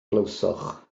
glywsoch